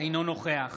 אינו נוכח